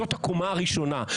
זאת הקומה הראשונה,